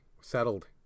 settled